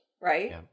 right